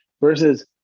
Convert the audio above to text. Versus